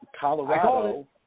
Colorado